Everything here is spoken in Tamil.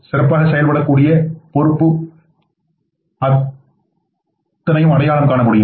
சிறப்பாக செயல்படக்கூடிய பொறுப்பும் அத்தனை அடையாளம் காணமுடியும்